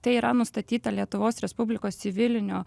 tai yra nustatyta lietuvos respublikos civilinio